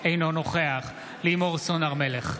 אינו נוכח לימור סון הר מלך,